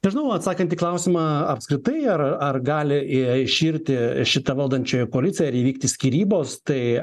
nežinau atsakant į klausimą apskritai ar ar gali iširti šita valdančioji koalicija ar įvykti skyrybos tai